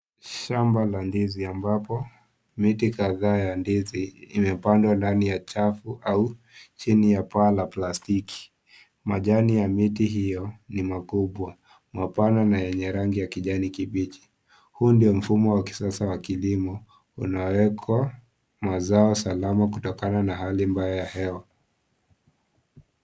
Shamba la ndizi ambapo miti kadhaa ya ndizi imepandwa ndani ya rafu au chini ya paa ya plastiki majani ya miti hiyo ni makubwa mapana na yenye rangi ya kijani kibichi huu ndio mfumonwa kisasa wa kilimo unaowekwa mazao salama kutokana na hali mbaya ya hewa.